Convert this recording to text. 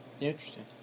Interesting